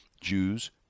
Jews